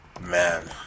man